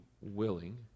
willing